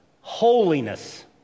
holiness